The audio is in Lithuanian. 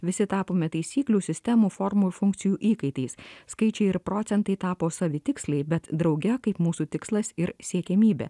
visi tapome taisyklių sistemų formų ir funkcijų įkaitais skaičiai ir procentai tapo savitiksliai bet drauge kaip mūsų tikslas ir siekiamybė